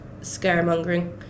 scaremongering